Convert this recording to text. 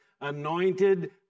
anointed